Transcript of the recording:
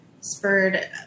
spurred